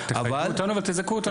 אבל --- תחייבו אותנו ותזכו אותנו,